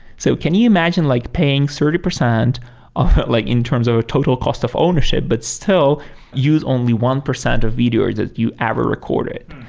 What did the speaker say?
so can you imagine like paying thirty percent like in terms of a total cost of ownership, but still use only one percent of video that you ever recorded.